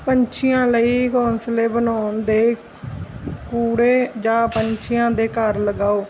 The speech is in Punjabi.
ਪੰਛੀਆਂ ਲਈ ਘੋਂਸਲੇ ਬਣਾਉਣ ਦੇ ਕੂੜੇ ਜਾਂ ਪੰਛੀਆਂ ਦੇ ਘਰ ਲਗਾਓ